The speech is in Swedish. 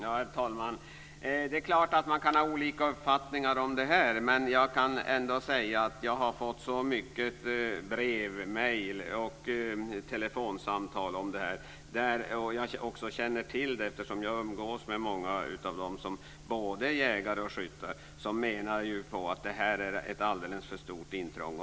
Herr talman! Det är klart att man kan ha olika uppfattningar om det här. Men jag kan säga att jag har fått väldigt mycket brev, mejl och telefonsamtal om det här. Jag känner också till detta eftersom jag umgås med många, både jägare och skyttar, som menar att det här är ett alldeles för stort intrång.